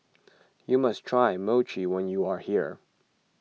you must try Mochi when you are here